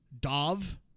Dov